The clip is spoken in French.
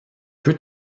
peut